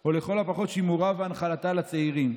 או לכל הפחות שימורה והנחלתה לצעירים.